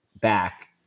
back